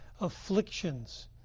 afflictions